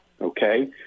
okay